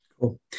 Cool